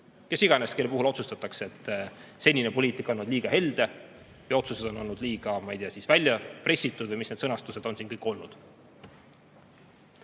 kes iganes, kelle puhul otsustatakse, et senine poliitika on olnud liiga helde ja otsused on olnud liiga väljapressitud või mis need sõnastused on siin kõik olnud.